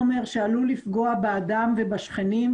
לאן נפלט החומר שעלול לפגוע באדם או בשכנים,